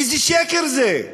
איזה שקר זה.